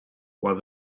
while